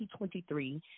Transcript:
2023